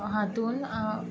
हातूंत